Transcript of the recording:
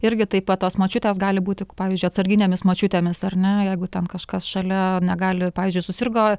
irgi taip pat tos močiutės gali būti pavyzdžiui atsarginėmis močiutėmis ar ne jeigu ten kažkas šalia negali pavyzdžiui susirgo